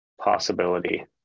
possibility